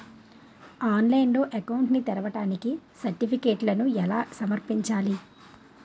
ఆన్లైన్లో అకౌంట్ ని తెరవడానికి సర్టిఫికెట్లను ఎలా సమర్పించాలి?